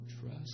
trust